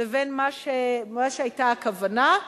לבין מה שהיתה הכוונה,